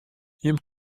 jim